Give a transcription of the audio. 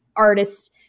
artists